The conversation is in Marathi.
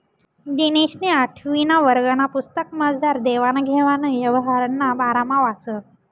दिनेशनी आठवीना वर्गना पुस्तकमझार देवान घेवान यवहारना बारामा वाचं